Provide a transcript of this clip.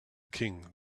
king